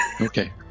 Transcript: Okay